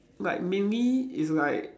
like maybe it's like